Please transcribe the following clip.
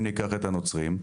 אם ניקח את הנוצרים,